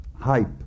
hype